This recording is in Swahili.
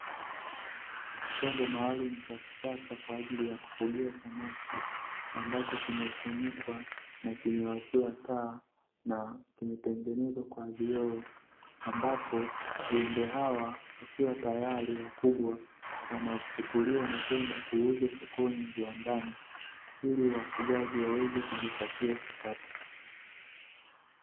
Chombo maalumu cha kisasa kwa ajili ya kufugia samaki, ambacho kimefunikwa na kimewashiwa taa, na kimetengenezwa kwa vioo; ambapo viumbe hawa wakiwa tayari wakubwa, wanachukuliwa na kwenda kuuzwa sokoni na viwandani, ili wafugaji waweze kujipatia kipato.